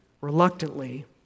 reluctantly